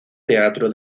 teatro